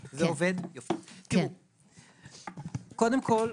קודם כול,